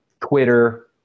Twitter